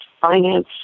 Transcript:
finance